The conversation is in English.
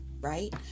right